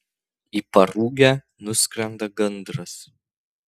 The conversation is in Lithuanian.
į parugę nuskrenda gandras